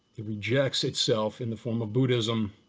it rejects itself in the form of buddhism,